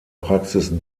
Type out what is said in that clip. praxis